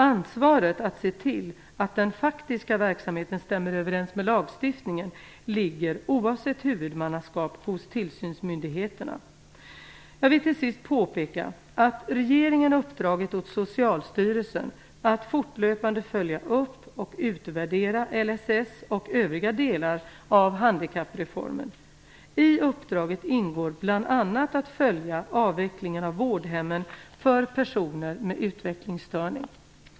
Ansvaret att se till att den faktiska verksamheten stämmer överens med lagstiftningen ligger, oavsett huvudmannaskap, hos tillsynsmyndigheterna. Jag vill till sist påpeka att regeringen uppdragit åt Socialstyrelsen att fortlöpande följa upp och utvärdera LSS och övriga delar av handikappreformen. I uppdraget ingår bl.a. att följa avvecklingen av vårdhemmen för personer med utvecklingsstörning.